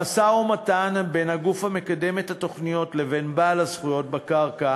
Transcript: המשא-ומתן בין הגוף המקדם את התוכניות לבין בעל הזכויות בקרקע